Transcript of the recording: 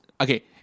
okay